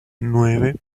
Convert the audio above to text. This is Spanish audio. nueve